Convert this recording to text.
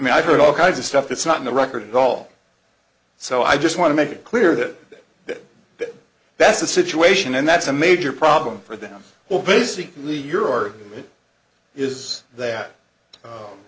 mean i've heard all kinds of stuff that's not in the record all so i just want to make it clear that that that's the situation and that's a major problem for them well basically your argument is that